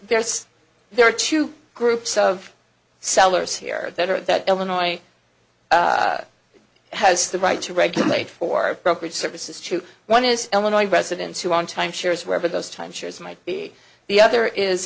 there's there are two groups of sellers here that are that illinois has the right to regulate for brokerage services two one is illinois residents who own timeshares where but those timeshares might be the other is